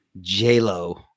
J-Lo